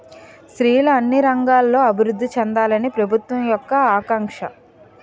స్త్రీలు అన్ని రంగాల్లో అభివృద్ధి చెందాలని ప్రభుత్వం యొక్క ఆకాంక్ష